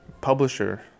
publisher